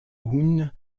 eun